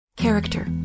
Character